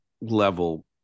level